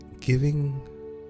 giving